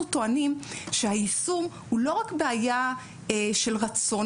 אנחנו טוענים שהיישום הוא לא רק בעיה של רצון,